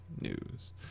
News